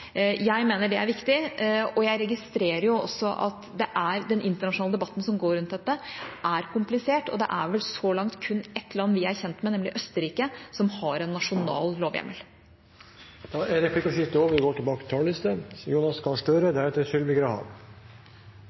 Jeg mener det er viktig, og jeg registrerer at den internasjonale debatten som går rundt dette, er komplisert. Det er vel så langt kun ett land vi er kjent med, nemlig Østerrike, som har en nasjonal lovhjemmel. Replikkordskiftet er over.